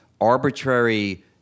arbitrary